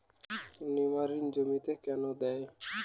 নিমারিন জমিতে কেন দেয়?